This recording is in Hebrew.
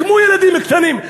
כמו ילדים קטנים,